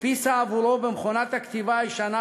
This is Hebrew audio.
הדפיסה עבורו במכונת הכתיבה הישנה,